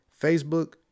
Facebook